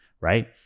right